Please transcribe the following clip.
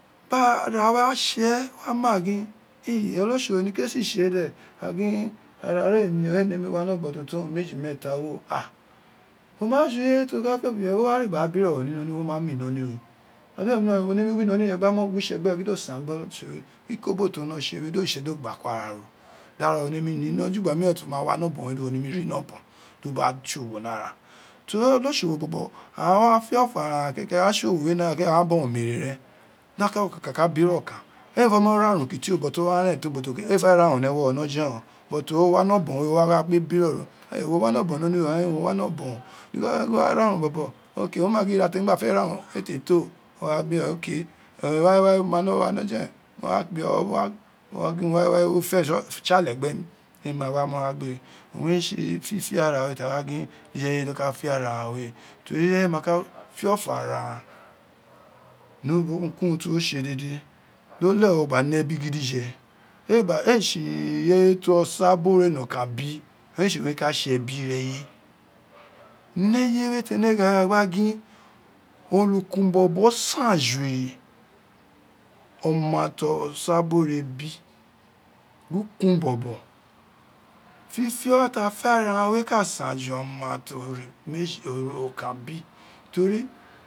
Bara wa tse ama gin in olotsowo niko re sin tse de ara ee ni ee nemi wa ni obo to to orun moji muta we o a wo ma tse ire y to ka fiofo ro wo wa re gba ra bro ro ni mo ma iloliro wo mi mi wi iloli re gba mo gwitse gbe giri do san gbe teri ikobo ti o wino tse we do ritse do gba kuri ara ro da ara ro nemi ni ojo ugha mireen to ma wa mi obon di wo nemi ri ni oboy di wo ba tse owo in ara teri olotoiwo bo bo aghara wa fiifo ara aghan wa fiofo ara agjan kekeke aghan tse owo we ni ara aghan wogho omune ren di okan ka ka biro okan ai ee fe mo ra urun kiti o but owa ren to bo to ee fe tiwo wa mi obon we owa gbe biro ro wo wa ni obon ni onuwe ain in mo wa ni obo di wo fe ra uran ni obon wo ma gio ira ti mo gba fe ra urun ee te to wa biro okay ira wawe wawe mo wa mo wa no wa ni ojoren mo wa kpie mo wa gin uran wawe wawe di wo fesen tsi ale gbe mi owun re tse ta gba gin ireye do ka fio fe ara we teri ire ye ma kq fio fe ara aghan ni urun ti wo tse deḏe do leghe uwo gba ne ebi gidife ee tse ireye ti osa biri ore nakan bi ee tse e ka tse ebi ireye ni eye we tene gha me ta gba gin olukan bobo san san ti oma ti osa biri ukun bobo sisan taghan sab ara aghan we ka san ti oma ti ore meji ti okan biteri